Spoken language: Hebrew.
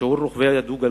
ששיעור רוכבי הדו-גלגלי